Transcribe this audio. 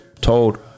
told